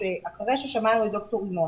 אחרי ששמענו את דוקטור רימון